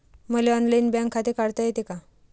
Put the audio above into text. मले online bank खाते काढता येते का?